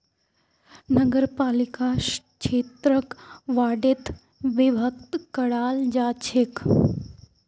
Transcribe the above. नगरपालिका क्षेत्रक वार्डोत विभक्त कराल जा छेक